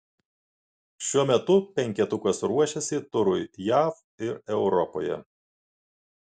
šiuo metu penketukas ruošiasi turui jav ir europoje